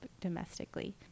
domestically